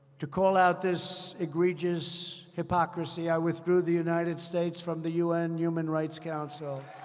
to call out this egregious hypocrisy, i withdrew the united states from the u n. human rights council.